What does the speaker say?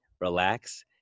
relax